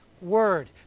word